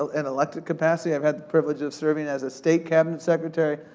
in elected capacity. i've had the privilege of serving as a state cabinet secretary,